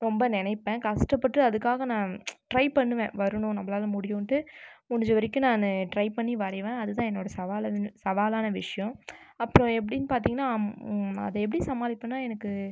ரொம்ப நினைப்பேன் கஷ்டப்பட்டு அதுக்காக நான் ட்ரை பண்ணுவேன் வரணுனு நம்பளால் முடியுனுட்டு முடிஞ்ச வெரைக்கும் நான் ட்ரை பண்ணி வரைவேன் அது தான் என்னோட சவாலுன் சவாலான விஷயம் அப்றம் எப்படின் பார்த்திங்கனா அது எப்படி சமாளிப்பேனா எனக்கு